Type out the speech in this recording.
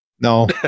No